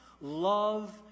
love